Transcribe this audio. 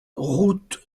route